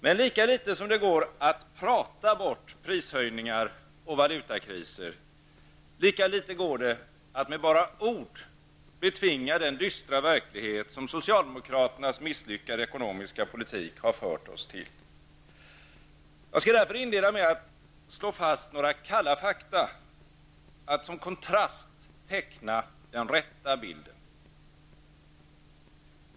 Men lika litet som det går att prata bort prishöjningar och valutakriser, lika litet går det att med bara ord betvinga den dystra verklighet som socialdemokraternas misslyckade ekonomiska politik har fört oss till. Jag skall därför inleda med att slå fast några kalla fakta, med att som kontrast teckna den rätta bilden.